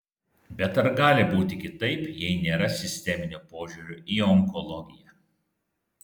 bet ar gali būti kitaip jei nėra sisteminio požiūrio į onkologiją